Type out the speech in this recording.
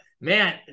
Man